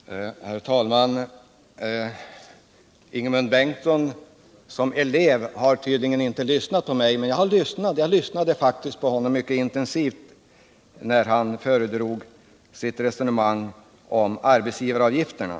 Herr talman! Ingemund Bengtsson som elev har tydligen inte lyssnat på mig, men jag lyssnade däremot mycket intensivt på honom när han föredrog sitt resonemang om arbetsgivaravgifterna.